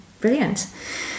Brilliant